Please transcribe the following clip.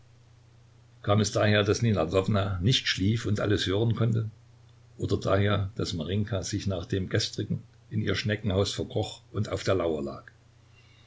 kam es daher daß nina ljwowna nicht schlief und alles hören konnte oder daher daß marinjka sich nach dem gestrigen in ihr schneckenhaus verkroch und auf der lauer lag